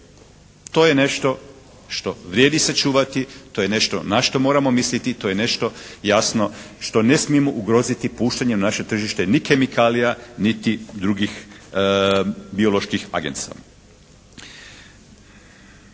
To je nešto što vrijedi sačuvati. To je nešto na što moramo misliti. To je nešto jasno što ne smijemo ugroziti puštanjem na naše tržište ni kemikalija niti drugih bioloških agensa.